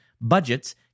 budgets